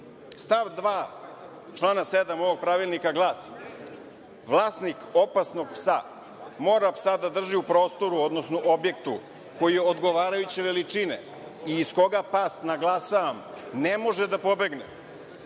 psom. Stav 2. člana 7. ovog Pravilnika glasi – vlasnik opasnog psa mora psa da drži u prostoru, odnosno objektu koji je odgovarajuće veličine i iz koga pas, naglašavam, ne može da pobegne. Stav